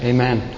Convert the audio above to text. Amen